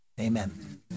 Amen